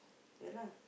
ya lah